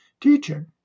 teaching